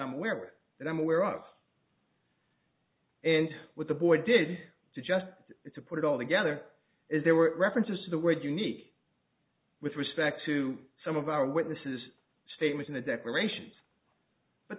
i'm aware of that i'm aware of and with the boy did to just to put it all together is there were references to the word unique with respect to some of our witnesses statement in the declaration but